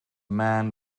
man